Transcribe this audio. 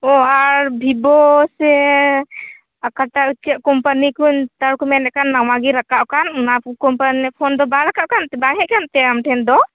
ᱳ ᱟᱨ ᱵᱷᱤᱵᱳ ᱥᱮ ᱟᱠᱟᱴᱟ ᱪᱮᱫ ᱠᱳᱢᱯᱟᱱᱤᱠᱚ ᱱᱮᱛᱟᱨ ᱱᱟᱣᱟᱜᱮ ᱨᱟᱠᱟᱵᱽᱟ ᱠᱟᱱ ᱚᱱᱟ ᱠᱳᱢᱯᱟᱱᱤ ᱠᱷᱚᱱ ᱫᱚ ᱵᱟᱝ ᱨᱟᱠᱟᱵ ᱟᱠᱟᱱᱛᱮ ᱵᱟᱭ ᱦᱮᱡ ᱠᱟᱱᱛᱮ ᱟᱢ ᱴᱷᱮᱱ ᱫᱚ